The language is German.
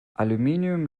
aluminium